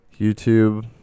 youtube